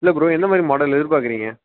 இல்லை ப்ரோ எந்தமாதிரி மாடல் எதிர்பார்க்குறீங்க